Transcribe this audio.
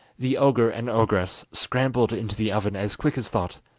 the ogre and ogress scrambled into the oven as quick as thought,